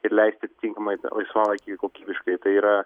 ir leisti atitinkamai laisvalaikį kokybiškai tai yra